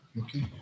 Okay